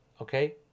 okay